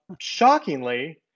Shockingly